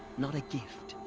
not a gift.